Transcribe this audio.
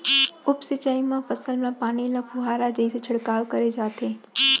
उप सिंचई म फसल म पानी ल फुहारा जइसे छिड़काव करे जाथे